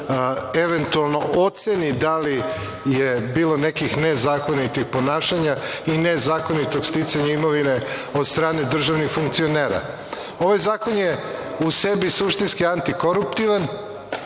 eventualno oceni da li je bilo nekih nezakonitih ponašanja i nezakonitog sticanja imovine od strane državnih funkcionera. Ovaj zakon je u sebi suštinski antikoruptivan